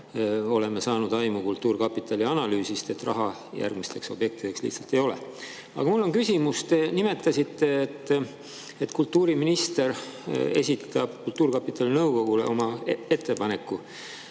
oleme saanud aimu kultuurkapitali analüüsist, et raha järgmistele objektidele lihtsalt ei ole. Aga mul on küsimus. Te mainisite, et kultuuriminister esitab kultuurkapitali nõukogule oma ettepaneku.